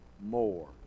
more